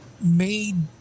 made